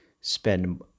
spend